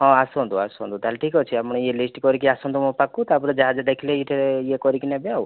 ହଁ ଆସନ୍ତୁ ଆସନ୍ତୁ ତାହେଲେ ଠିକ୍ ଅଛି ଆପଣ ଇଏ ଲିଷ୍ଟ କରିକି ଆସନ୍ତୁ ମୋ ପାଖକୁ ତାପରେ ଯାହା ଯାହା ଦେଖିଲେ ଏଇଠି ଇଏ କରିକି ନେବେ ଆଉ